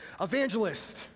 Evangelist